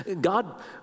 God